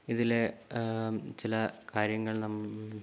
ഇതില് ചില കാര്യങ്ങൾ ന